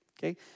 Okay